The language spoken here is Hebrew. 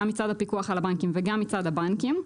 גם מצד הפיקוח על הבנקים וגם מצד הבנקים,